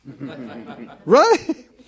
Right